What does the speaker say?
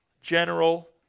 general